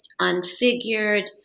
unfigured